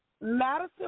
madison